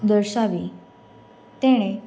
દર્શાવી તેણે